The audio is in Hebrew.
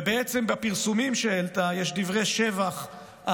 ובעצם בפרסומים שהעלתה יש דברי שבח,